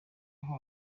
aho